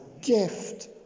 gift